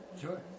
Sure